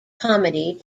comedy